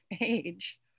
age